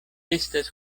estas